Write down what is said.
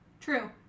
True